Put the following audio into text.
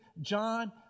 John